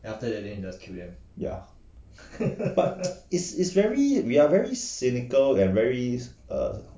ya but is is very we are very cynical and very err